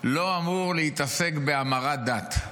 לא אמור להתעסק בהמרת דת.